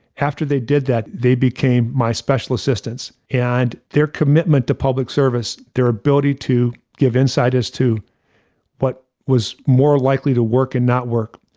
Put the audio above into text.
after they did that, they became my special assistance, and their commitment to public service, their ability to give insight as to what was more likely to work and not work.